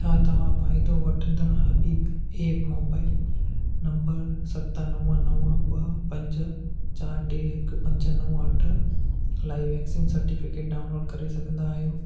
छा तव्हां फ़ाइदो वठंदड़ हबीब ऐं मोबाइल नंबर सत नव नव ॿ पंज चार टे हिकु पंज नव अठ लाइ वैक्सीन सर्टिफिकेट डाउनलोड करे सघंदा आहियो